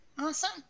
Awesome